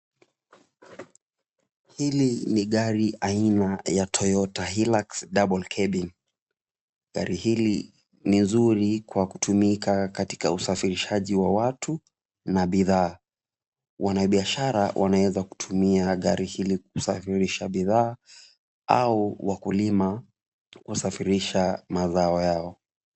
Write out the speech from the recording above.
Hili ni gari aina ya Toyota Hilux double cabin , gari hili ni nzuri kwa kutumika katika usafirisha wa watu na bidhaa, wanabiashara wanaweza kutumia gari hili kusafirisha bidhaa au wakulima kusafirisha mazao yao.